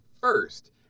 first